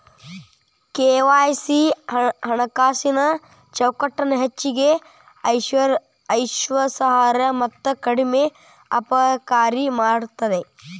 KYC ಹಣಕಾಸಿನ್ ಚೌಕಟ್ಟನ ಹೆಚ್ಚಗಿ ವಿಶ್ವಾಸಾರ್ಹ ಮತ್ತ ಕಡಿಮೆ ಅಪಾಯಕಾರಿ ಮಾಡ್ತದ